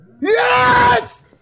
Yes